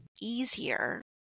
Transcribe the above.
easier